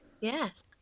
yes